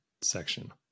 section